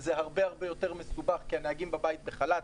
זה הרבה יותר מסובך כי הנהגים בבית בחל"ת,